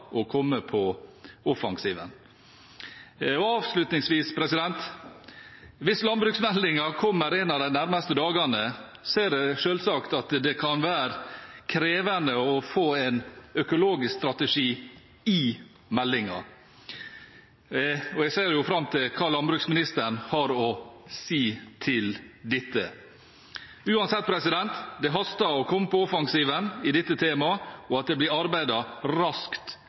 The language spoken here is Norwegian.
komme på offensiven. Avslutningsvis: Hvis landbruksmeldingen kommer en av de nærmeste dagene, ser jeg selvsagt at det kan være krevende å få en økologisk strategi i meldingen. Jeg ser fram til hva landbruksministeren har å si til dette. Uansett: Det haster med å komme på offensiven i dette temaet, og at det blir arbeidet raskt